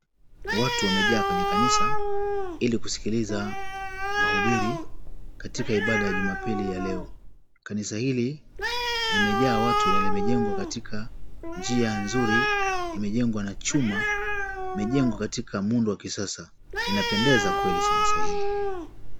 Watu wamejaa kwenye kanisa ili kusikiliza mahubiri katika ibada ya jumapili ya leo. Kanisa hili limejaa watu na limejengwa katika njia nzuri limejengwa na chuma, limejengwa katika muundo wa kisasa inapendeza kweli kanisa hii.